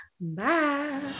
Bye